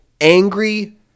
Angry